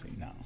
no